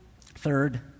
third